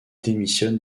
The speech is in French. démissionne